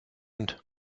hand